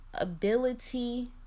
ability